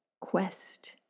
quest